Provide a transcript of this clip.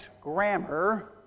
grammar